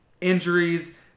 injuries